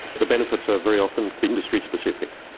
the benefits are very often industry specific.